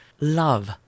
Love